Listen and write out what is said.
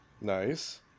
Nice